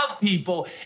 people